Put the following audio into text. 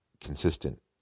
consistent